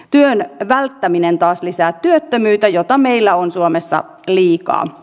työn välttäminen taas lisää työttömyyttä jota meillä on suomessa liikaa